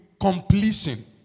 completion